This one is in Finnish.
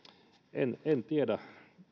en en tiedä